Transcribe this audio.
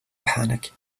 panic